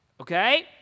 Okay